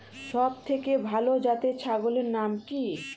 সবথেকে ভালো জাতের ছাগলের নাম কি?